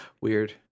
Weird